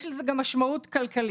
אז יש לזה גם משמעות כלכלית.